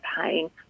paying